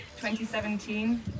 2017